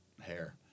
hair